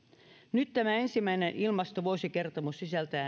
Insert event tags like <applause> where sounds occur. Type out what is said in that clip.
tämä ensimmäinen ilmastovuosikertomus sisältää <unintelligible>